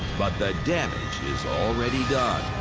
but the damage is already done. ah,